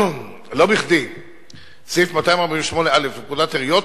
לא בכדי סעיף 248א לפקודת העיריות